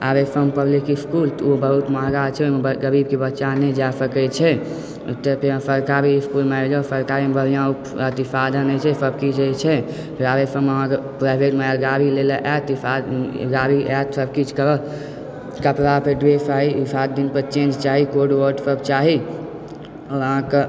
आर S M public school तऽ ओ बहुत महग छै ओहिमे गरीबके बच्चा नहि जा सकय छै तऽ फेर सरकारी इस्कूलमे आबि जाउ सरकारीमे बढ़िआँ साधन होइत छै सभ किछु होइत छै आर एस एम मे प्राइवेटमे गाड़ी लएलऽ आयत गाड़ी आयत सभ किछु करत कपड़ा फेर ड्रेस चाही सात दिन पर चेन्ज चाही कोट ओटसभ चाही ओ अहाँकेँ